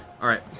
all right,